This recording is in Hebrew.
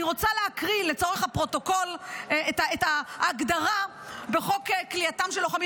אני רוצה להקריא לצורך הפרוטוקול את ההגדרה בחוק כליאתם של לוחמים